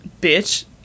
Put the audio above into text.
bitch